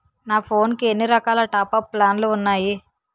నా ఫోన్ కి ఎన్ని రకాల టాప్ అప్ ప్లాన్లు ఉన్నాయి?